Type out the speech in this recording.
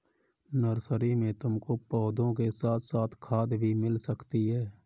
nursery में तुमको पौधों के साथ साथ खाद भी मिल सकती है